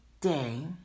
day